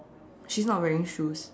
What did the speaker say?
she's not wearing shoes